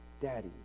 Daddy